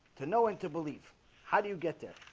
to know and to believe how do you get there?